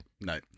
no